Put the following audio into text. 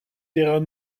terrain